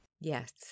Yes